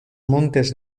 montes